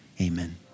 amen